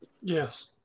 Yes